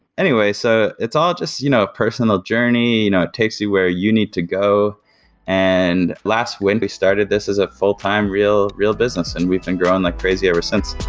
anyway, so it's all just you know a personal journey. you know it takes you where you need to go and last, when we started this as a full-time, real real business and we've been growing like crazy ever since